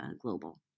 global